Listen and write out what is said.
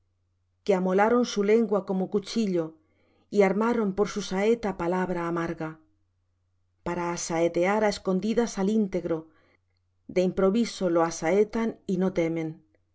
que amolaron su lengua como cuchillo y armaron por su saeta palabra amarga para asaetear á escondidas al íntegro de improviso lo asaetean y no temen